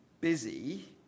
busy